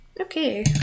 Okay